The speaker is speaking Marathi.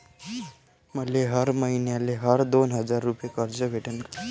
मले हर मईन्याले हर दोन हजार रुपये कर्ज भेटन का?